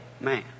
man